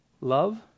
love